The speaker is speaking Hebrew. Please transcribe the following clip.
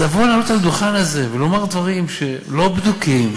אז לבוא ולעלות לדוכן הזה ולומר דברים לא בדוקים,